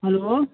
hello